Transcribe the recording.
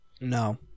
No